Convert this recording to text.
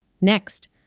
Next